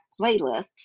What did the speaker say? playlists